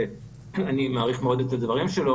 שאני מעריך מאוד את הדברים שלו